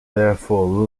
therefore